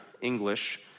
English